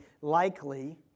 likely